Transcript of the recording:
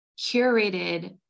curated